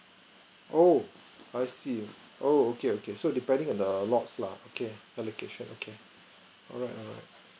oh I see oh okay okay so depending on the lots lah okay allocation okay alright alright